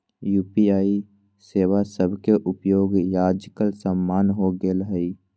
UPI सेवा सभके उपयोग याजकाल सामान्य हो गेल हइ